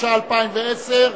התשע"א 2010,